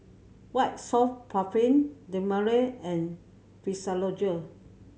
White Soft Paraffin Dermale and Physiogel